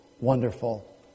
wonderful